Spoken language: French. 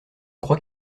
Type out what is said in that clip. crois